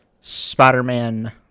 Spider-Man